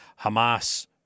Hamas